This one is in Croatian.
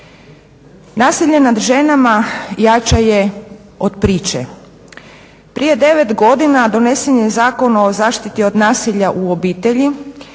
Nasilje nad ženama jače je od priče. Prije devet godina donesen je Zakon o zaštiti od nasilja u obitelji,